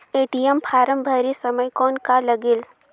ATM form भरे समय कौन का लगेल?